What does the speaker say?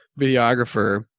videographer